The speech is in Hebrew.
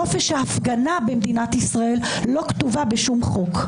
חופש ההפגנה במדינת ישראל לא כתובה בשום חוק.